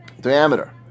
diameter